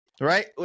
right